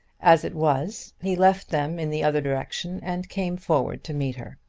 as it was he left them in the other direction and came forward to meet her.